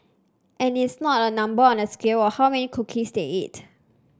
and it's not a number on a scale or how many cookies they eat